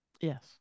Yes